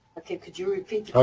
okay. could you repeat